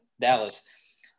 Dallas